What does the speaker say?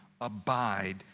abide